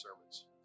sermons